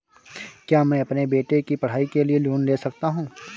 क्या मैं अपने बेटे की पढ़ाई के लिए लोंन ले सकता हूं?